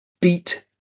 beat